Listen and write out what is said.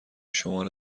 شماره